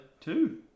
two